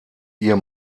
ihr